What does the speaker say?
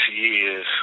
years